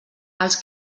els